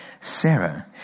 Sarah